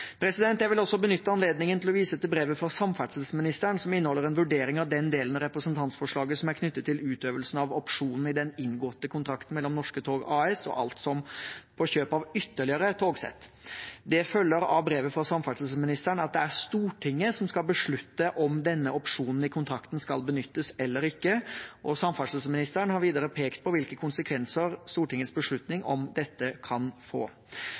Jeg vil også benytte anledningen til å vise til brevet fra samferdselsministeren, som inneholder en vurdering av den delen av representantforslaget som er knyttet til utøvelsen av opsjonen i den inngåtte kontrakten mellom Norske tog AS og Altsom på kjøp av ytterligere togsett. Det følger av samferdselsministerens brev at det er Stortinget som skal beslutte om opsjonen i kontrakten skal benyttes eller ikke. Samferdselsministeren har videre pekt på hvilke konsekvenser Stortingets beslutning om dette kan få.